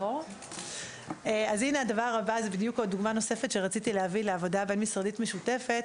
זאת דוגמה נוספת לעבודה בין משרדית משותפת,